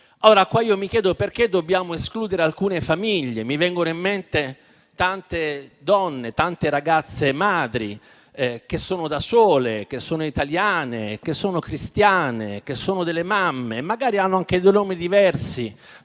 a carico. Mi chiedo perché dobbiamo escludere alcune famiglie. Mi vengono in mente tante donne, tante ragazze madri che sono sole, che sono italiane, che sono cristiane, che sono delle mamme e magari hanno anche dei nomi diversi